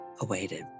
awaited